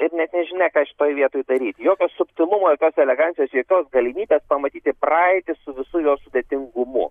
ir net nežinia ką šitoj vietoj daryt jokio subtilumo jokios elegancijos jokios galimybės pamatyti praeitį su visu jos sudėtingumu